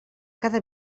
cada